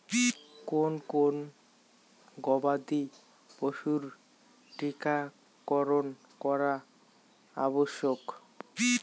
কোন কোন গবাদি পশুর টীকা করন করা আবশ্যক?